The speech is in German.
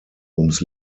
ums